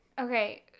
Okay